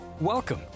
Welcome